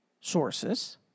sources